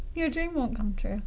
your dream won't come true